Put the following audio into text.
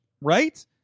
right